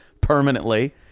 permanently